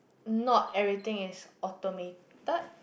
not everything is automated